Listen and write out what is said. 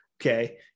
Okay